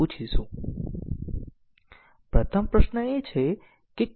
તો પાથ કવરેજની વ્યાખ્યા શું છે